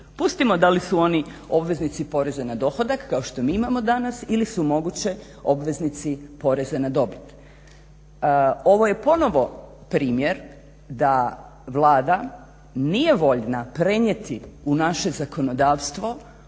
Pustimo da li su oni obveznici poreza na dohodak kao što mi imamo danas ili su moguće obveznici poreza na dobit. Ovo je ponovo primjer da Vlada nije voljna prenijeti u naše zakonodavstvo